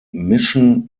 mission